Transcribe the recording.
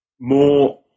more